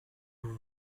vous